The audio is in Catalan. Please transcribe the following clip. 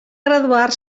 graduar